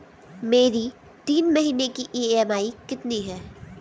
मेरी तीन महीने की ईएमआई कितनी है?